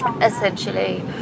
essentially